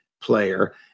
player